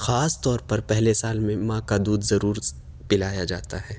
خاص طور پر پہلے سال میں ماں کا دودھ ضرور پلایا جاتا ہے